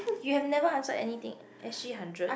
you've never answered anything S_G hundred